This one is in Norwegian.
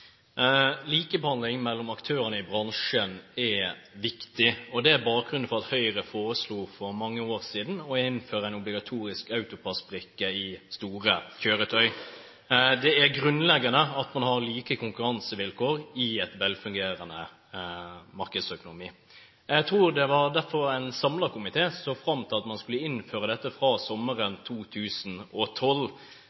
Likebehandling mellom aktørene i bransjen er viktig, og det er bakgrunnen for at Høyre for mange år siden foreslo å innføre en obligatorisk AutoPASS-brikke i store kjøretøy. Det er grunnleggende at man har like konkurransevilkår i en velfungerende markedsøkonomi. Jeg tror det var derfor en samlet komité kom fram til at man skulle innføre dette fra sommeren